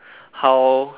how